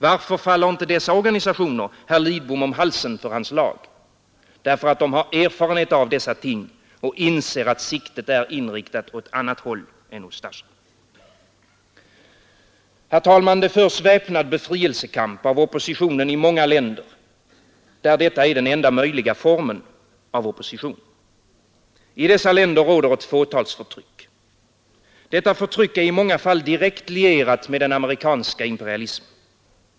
Varför faller inte dessa organisationer herr Lidbom om halsen för hans lag? Därför att de har erfarenhet av dessa ting och inser att siktet är inriktat åt annat håll än Ustasja. Herr talman! Det förs väpnad befrielsekamp av oppositionen i många länder, där detta är den enda möjliga formen av opposition. I dessa länder råder ett fåtalsförtryck. Detta förtryck är i många fall direkt lierat med den amerikanska imperialismen.